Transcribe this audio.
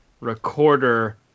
recorder